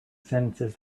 sentences